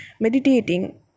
meditating